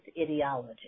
ideology